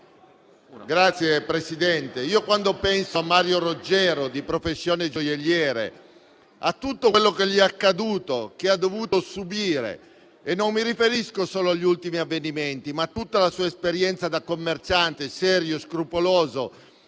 Signor Presidente, quando penso a Mario Roggero, di professione gioielliere, a tutto quello che gli è accaduto e ha dovuto subire - e non mi riferisco solo agli ultimi avvenimenti, ma a tutta la sua esperienza da commerciante, serio, scrupoloso,